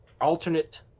alternate